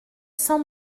sans